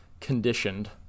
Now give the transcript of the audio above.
conditioned